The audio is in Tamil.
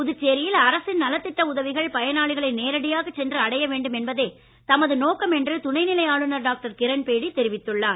புதுச்சேரியில் அரசின் நலத்திட்ட உதவிகள் பயனாளிகளை நேரடியாக சென்று அடைய வேண்டும் என்பதே தமது நோக்கம் என்று துணைநிலை ஆளுநர் டாக்டர் கிரண்பேடி தெரிவித்துள்ளார்